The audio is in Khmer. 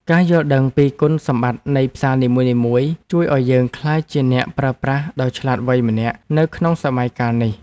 ការយល់ដឹងពីគុណសម្បត្តិនៃផ្សារនីមួយៗជួយឱ្យយើងក្លាយជាអ្នកប្រើប្រាស់ដ៏ឆ្លាតវៃម្នាក់នៅក្នុងសម័យកាលនេះ។